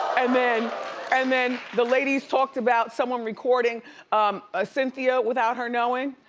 and then and then the ladies talked about someone recording um ah cynthia without her knowing.